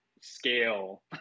scale